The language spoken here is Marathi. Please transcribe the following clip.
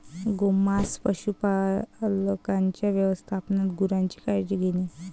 गोमांस पशुपालकांच्या व्यवस्थापनात गुरांची काळजी घेणे